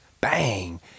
Bang